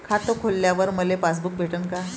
खातं खोलल्यावर मले पासबुक भेटन का?